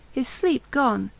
his sleep gone,